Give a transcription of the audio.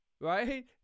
right